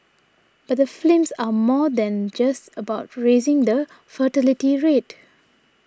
but the films are more than just about raising the fertility rate